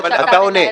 אתה עונה.